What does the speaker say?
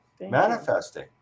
manifesting